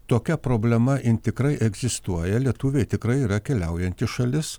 tokia problema jin tikrai egzistuoja lietuviai tikrai yra keliaujanti šalis